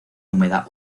húmeda